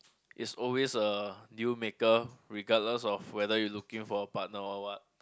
is always a deal maker regardless of whether you looking for a partner or what